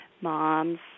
moms